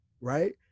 right